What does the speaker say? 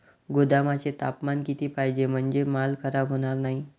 गोदामाचे तापमान किती पाहिजे? म्हणजे माल खराब होणार नाही?